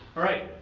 all right,